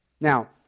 Now